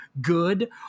good